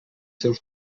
seus